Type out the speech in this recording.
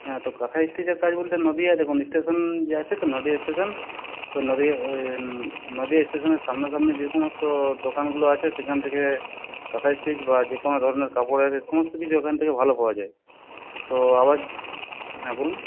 হ্যাঁ তো কাঁথা স্টিচের কাজ বলতে নদীয়ায় দেখুন স্টেশন যে আছে তো নদীয়া স্টেশন ওই নদীয়া নদীয়া স্টেশনের সামনাসামনি যে সমস্ত দোকানগুলো আছে সেখান থেকে কাঁথা স্টিচ বা যে কোনো ধরনের কাপড়ের সমস্ত কিছু ওখান থেকে ভালো পাওয়া যায় তো আবার হ্যাঁ বলুন